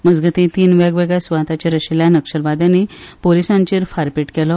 मजगतीं तीन वेगवेगळ्या स्वातांचेर आशिल्ल्ल्या नक्षलवाद्यांनी पोलिसांचेर फारपेट केलो